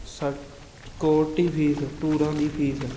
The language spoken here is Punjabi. ਸਕਿਊਰਟੀ ਫੀਸ ਟੂਰਾਂ ਦੀ ਫੀਸ